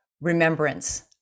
remembrance